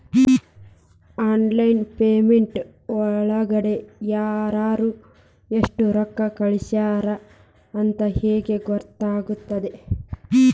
Online payment ಒಳಗಡೆ ಯಾರ್ಯಾರು ಎಷ್ಟು ರೊಕ್ಕ ಕಳಿಸ್ಯಾರ ಅಂತ ಹೆಂಗ್ ಗೊತ್ತಾಗುತ್ತೆ?